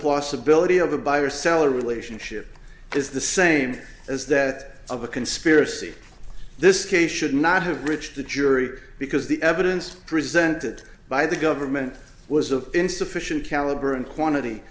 possibility of a buyer seller relationship is the same as that of a conspiracy this case should not have reached the jury because the evidence presented by the government was of insufficient caliber and quantity